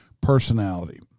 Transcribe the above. personality